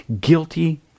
guilty